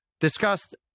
discussed